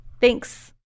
Thanks